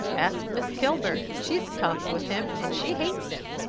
ask miss kilburn. she's talked with him, and she hates him.